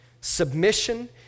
submission